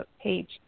page